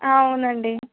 అవునండి